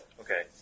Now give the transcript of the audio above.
Okay